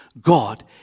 God